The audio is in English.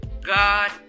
God